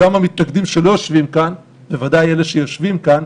גם המתנגדים שלא יושבים כאן ובוודאי אלה שיושבים כאן,